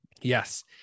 yes